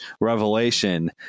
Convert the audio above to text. revelation